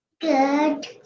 Good